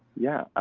yeah,